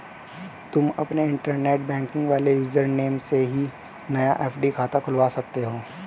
तुम अपने internet banking वाले यूज़र नेम से ही नया एफ.डी खाता खुलवा सकते हो